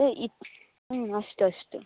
ए इत् अस्तु अस्तु